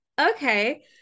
Okay